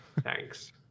Thanks